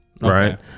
right